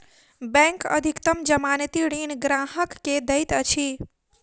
bank अधिकतम जमानती ऋण ग्राहक के दैत अछि